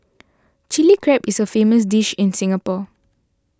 Chilli Crab is a famous dish in Singapore